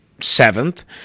seventh